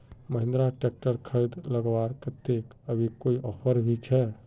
Mahindra tractor खरीद लगवार केते अभी कोई ऑफर भी छे?